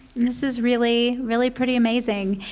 this is really, really pretty amazing.